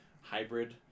hybrid